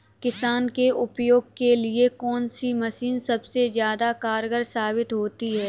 किसान के उपयोग के लिए कौन सी मशीन सबसे ज्यादा कारगर साबित होती है?